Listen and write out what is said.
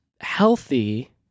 healthy